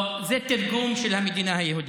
לא, זה תרגום של המדינה היהודית.